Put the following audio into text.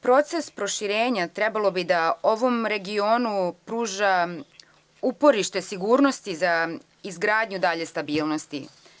Proces proširenja trebalo bi da ovom regionu pruža uporište sigurnosti za izgradnju dalje stabilnosti.